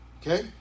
Okay